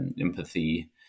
empathy